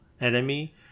enemy